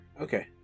Okay